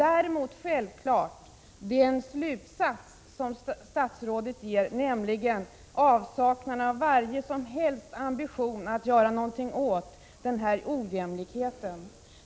Däremot har jag självfallet invändningar i fråga om statsrådets slutsats, att han saknar varje ambition att göra något åt den här ojämlikheten.